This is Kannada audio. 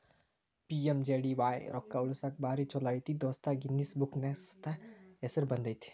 ಪಿ.ಎಮ್.ಜೆ.ಡಿ.ವಾಯ್ ರೊಕ್ಕಾ ಉಳಸಾಕ ಭಾರಿ ಛೋಲೋ ಐತಿ ದೋಸ್ತ ಗಿನ್ನಿಸ್ ಬುಕ್ನ್ಯಾಗ ಸೈತ ಹೆಸರು ಬಂದೈತಿ